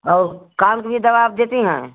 और कान के भी दवा आप देती हैं